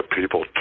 people